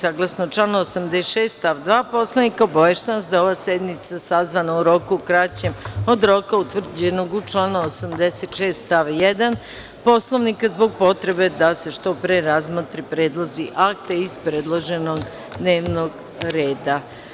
Saglasno članu 86. stav 2. Poslovnika, obaveštavam vas da je ova sednica sazvana u roku kraćem od roka utvrđenog u članu 86. stav 1. Poslovnika zbog potrebe da se što pre razmotre predlozi akata iz predloženog dnevnog reda.